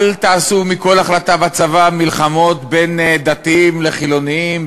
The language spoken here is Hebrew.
אל תעשו מכל החלטה בצבא מלחמות בין דתיים לחילונים,